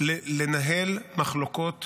לנהל מחלוקות